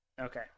Okay